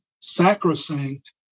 sacrosanct